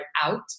out